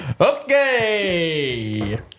okay